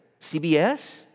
CBS